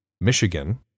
Michigan